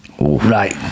Right